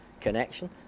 connection